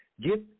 Get